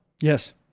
Yes